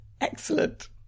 excellent